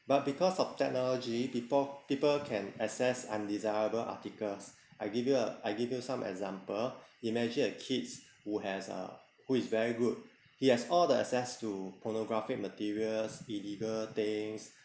but because of technology before people can access undesirable articles I give you a I give you some example imagine a kids who has uh who is very good he has all the access to pornographic materials illegal things